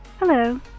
Hello